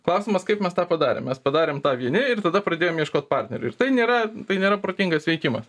klausimas kaip mes tą padarėm mes padarėm tą vieni ir tada pradėjom ieškot partnerių ir tai nėra tai nėra protingas veikimas